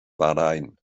bahrain